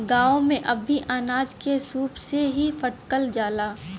गांव में अब भी अनाज के सूप से ही फटकल जाला